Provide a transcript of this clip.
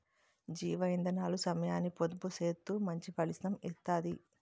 జీవ ఇందనాలు సమయాన్ని పొదుపు సేత్తూ మంచి ఫలితం ఇత్తది